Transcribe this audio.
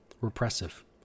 repressive